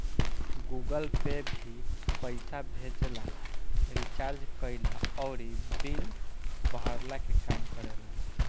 Google Pay भी पईसा भेजला, रिचार्ज कईला अउरी बिल भरला के काम करेला